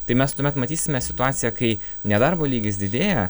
tai mes tuomet matysime situaciją kai nedarbo lygis didėja